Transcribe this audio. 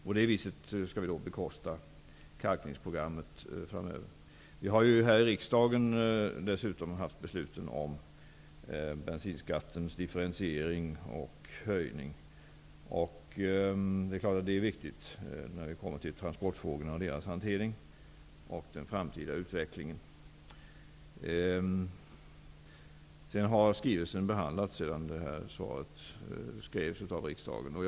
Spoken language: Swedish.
På det sättet skall vi bekosta kalkningsprogrammet framöver. Vi har här i riksdagen dessutom fattat beslut om bensinskattens differentiering och höjning. Det är en viktig fråga när det gäller transportfrågornas hantering och den framtida utvecklingen. Skrivelsen har behandlats av riksdagen sedan interpellationssvaret skrevs.